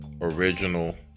original